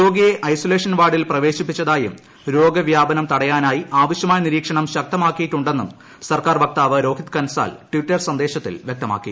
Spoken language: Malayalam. രോഗിയെ ഐസൊലേഷൻ വാർഡ്ടിൽ പ്രിവേശിപ്പിച്ചതായും രോഗവ്യാപനം തടയാനായി ആവശ്യ്മായ നിരീക്ഷണം ശക്തമാക്കിയിട്ടുണ്ടെന്നും സൂർക്കാർ വക്താവ് രോഹിത് കൻസാൽ ടിറ്റർ ഫ്ലൂന്ദ്രേത്തിൽ വ്യക്തമാക്കി